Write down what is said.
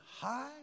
high